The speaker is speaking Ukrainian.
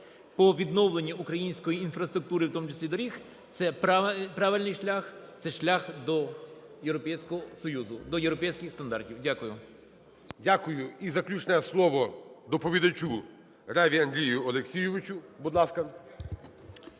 по відновленню української інфраструктури, в тому числі й доріг – це правильний шлях, це шлях до Європейського Союзу, до європейський стандартів. Дякую. ГОЛОВУЮЧИЙ. Дякую. І заключне слово доповідачу Реві Андрію Олексійовичу. Будь ласка.